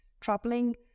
troubling